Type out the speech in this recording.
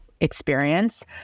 experience